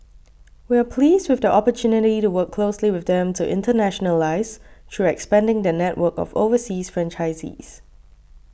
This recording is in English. we are pleased with the opportunity to work closely with them to internationalise through expanding their network of overseas franchisees